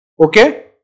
Okay